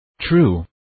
True